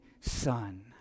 Son